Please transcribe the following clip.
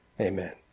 amen